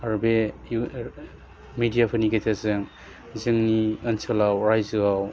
आरो बे मेदियाफोरनि गेजेरजों जोंनि ओनसोलाव रायजोआव